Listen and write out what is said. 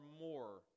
more